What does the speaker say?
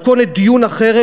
מתכונת דיון אחרת,